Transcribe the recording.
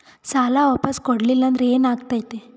ಸಾಲ ವಾಪಸ್ ಕೊಡಲಿಲ್ಲ ಅಂದ್ರ ಏನ ಆಗ್ತದೆ?